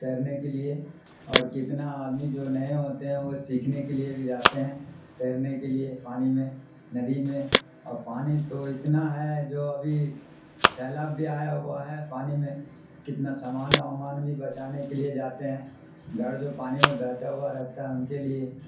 تیرنے کے لیے اور کتنا آدمی جو نئے ہوتے ہیں وہ سیکھنے کے لیے بھی جاتے ہیں تیرنے کے لیے پانی میں ندی میں اور پانی تو اتنا ہے جو ابھی سیلاب بھی آیا ہوا ہے پانی میں کتنا سامان وامان بھی بچانے کے لیے جاتے ہیں گھر جو پانی میں بہتر ہوا رہتا ہے ان کے لیے